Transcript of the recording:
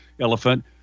elephant